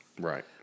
Right